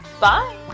Bye